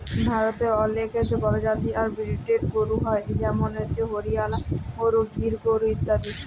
ভারতে অলেক পরজাতি আর ব্রিডের গরু হ্য় যেমল হরিয়ালা গরু, গির গরু ইত্যাদি